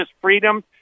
freedom